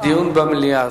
דיון במליאה.